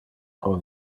pro